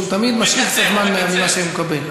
שהוא תמיד משאיר קצת זמן ממה שהוא מקבל.